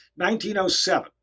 1907